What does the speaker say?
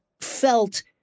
felt